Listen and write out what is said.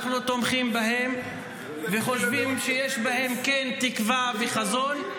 אנחנו תומכים בהם וחושבים שיש בהם תקווה וחזון,